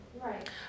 Right